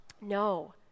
No